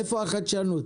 איפה החדשנות?